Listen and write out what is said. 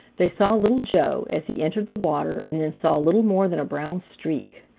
they saw little joe as he entered the water and then saw little more than a brown streak.